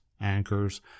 anchors